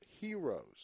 heroes